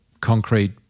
concrete